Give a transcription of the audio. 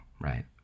right